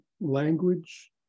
language